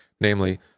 namely